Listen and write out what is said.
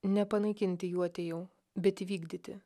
nepanaikinti jų atėjau bet įvykdyti